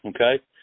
Okay